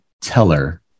teller